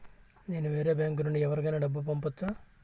నేను వేరే బ్యాంకు నుండి ఎవరికైనా డబ్బు పంపొచ్చా?